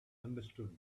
understood